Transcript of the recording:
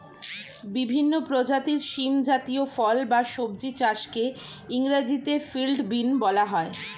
বিভিন্ন প্রজাতির শিম জাতীয় ফল বা সবজি চাষকে ইংরেজিতে ফিল্ড বিন বলা হয়